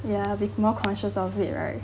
ya be more conscious of it right